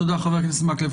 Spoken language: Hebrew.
תודה, חבר הכנסת מקלב.